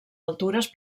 altures